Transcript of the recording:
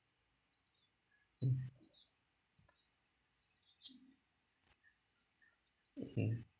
mm